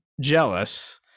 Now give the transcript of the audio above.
jealous